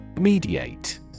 Mediate